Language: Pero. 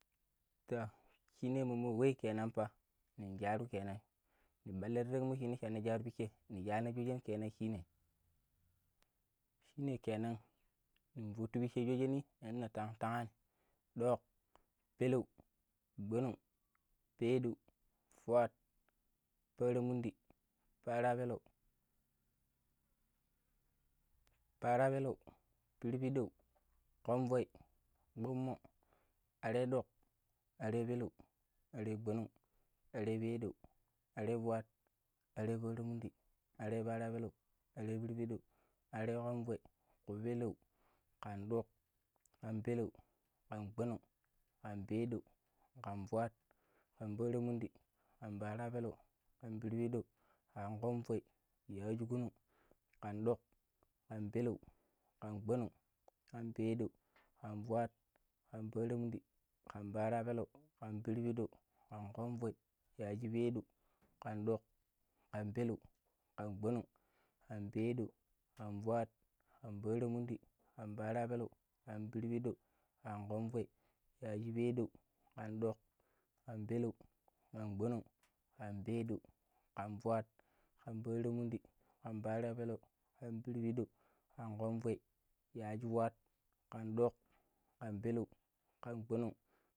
﻿too shine momo wai kenanfa nin sharu kenan n balla ti ranmo shi na shana sharu pichen ni shana shojen kenan shine shine kennan nin futu shojen ni tantan Doƙ, peleu gbonong, peeɗou fuat, para mundi, pattirapeleu, pattirapeleu pripiɗou, ƙonvoi, kpummo are ɗoƙ, are peleu, are gbonong, are peeɗou, are fuat, are para mundi, are pattira peleu, are pirpiɗou, are ƙonvoi, ƙupeleu, ƙan ɗok, ƙan peleu, ƙan gbonong, ƙan peeɗou, ƙan fuat, ƙan paramundi, ƙan para peleu, ƙan pirpiɗou kan ƙonvoi, yaajiƙunun, ƙan ɗok, ƙan peleu ƙan gbonong, ƙan peedou, ƙan fuat, ƙan para mundi, ƙan pattira peleu, ƙan pirpidou, ƙan ƙonvoi, yaajipedau, ƙan ɗoƙ, ƙan peleu, kan bonong, kan peeɗou ,kan fuat, ƙan pattiramundi, ƙan pattirapeleu, kan pirpidau, ƙan ƙonvoi, yaajipedau, ƙan ɗok, ƙan peleu, ƙan gbonong, ƙan peeɗou, ƙan fuat, ƙan paramundi, ƙan pattirapeleu, ƙan pirpiɗou, ƙan ƙonvoi, yaajifuat. ƙan ɗok, ƙan peleu, ƙan gbonong, kan pedou, kan feut, kan peromundi, kan pirpidou, kan